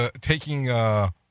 taking